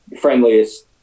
friendliest